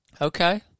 Okay